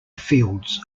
fields